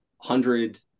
hundred